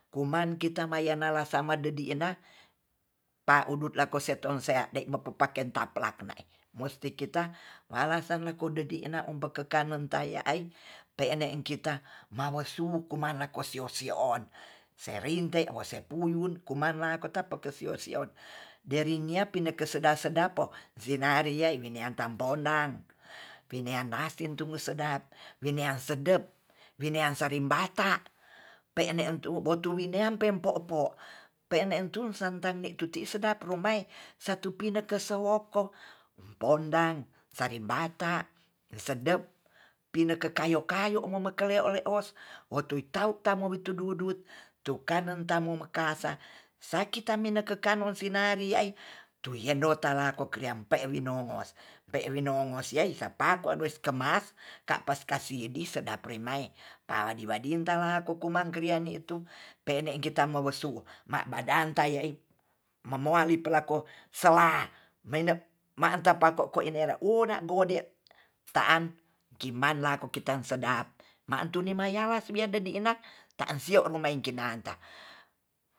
Kuman kita mayanala sama dedina pa udut lako se tonsea de be papa paken taplak na'e musti kita ngalasan nekode di'na pekekanen taya ai pe'nen kita mamosuku manako sio-sio on serinte wose puyun komanla kotapeke sio-sion deri ngia pineke sedap-sedapo jenaria weneang tamponang pineang nasi tugu sedap winiang dedap wineang salim bata pe'ene entu botu winwmpe po'po pe'entu santangne tuti sedap rumae satu pineke sewokok pondang salim bata sedep pineke kayo-kayo mumekele lewos wotui tau tamo witu dudut tu kanen tamu mekasa sakita minekekanu sinari ai tuyendo talako kreampe winongos pe wi nongos yi'ai tapako adues kamas ka'pas kasi di sedap remai padi wadi talanto koman ni tu pe'ne kita mowesu ma badang ta ya'i momoai pelako sela menep ma'ta pako'ko inelep una gode ta'an kima lako kitan sedapmantu ne maiyala biar dedina ta'en sio momain kinanta